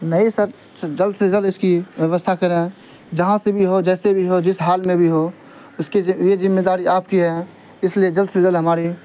نہیں سر جلد سے جلد اس کی ویوستھا کریں جہاں سے بھی ہو جیسے بھی ہو جس حال میں بھی ہو اس کی یہ ذمہ داری آپ کی ہے اس لیے جلد سے جلد ہماری